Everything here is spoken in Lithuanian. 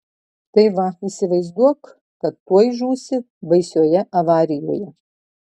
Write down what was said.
tai va įsivaizduok kad tuoj žūsi baisioje avarijoje